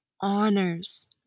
honors